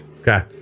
Okay